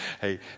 hey